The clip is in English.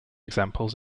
examples